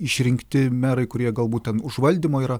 išrinkti merai kurie galbūt ten užvaldymo yra